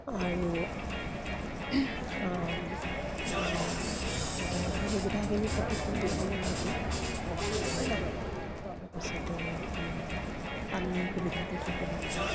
আৰু যাতায়তৰ সুবিধাখিনি থাকিব লাগে বুলি ভাবোঁ তাৰপিছতে পানীৰ সুবিধাটো থাকিব লাগে